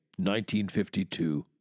1952